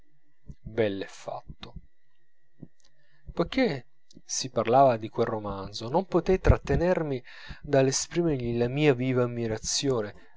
bell'e fatto poichè si parlava di quel romanzo non potei trattenermi dall'esprimergli la mia viva ammirazione